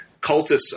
cultists